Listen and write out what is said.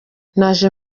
naje